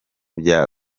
bya